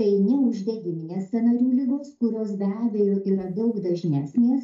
tai ne uždegiminės sąnarių ligos kurios be abejo yra daug dažnesnės